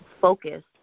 focus